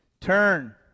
turn